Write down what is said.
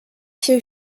się